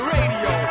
Radio